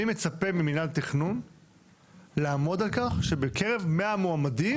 אני מצפה ממינהל התכנון לעמוד על כך שבקרב מאה מועמדים,